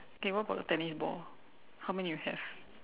K what about the tennis ball how many you have